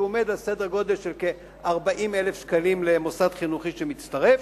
שעומד על סדר גודל של כ-40,000 שקלים למוסד חינוכי שמצטרף.